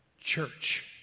Church